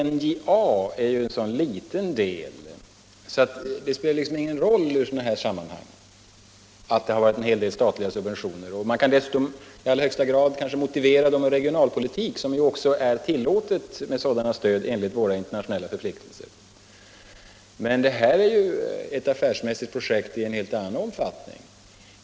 NJA är ju en så liten del att det spelar liksom ingen roll i sådana här sammanhang att där förekommit en hel del statliga subventioner. Man kan dessutom i allra högsta grad motivera dem som regionalpolitik. Sådana subventioner är ju tillåtna enligt våra internationella förpliktelser. Men det här är ett affärsmässigt projekt av helt annan omfattning.